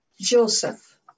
Joseph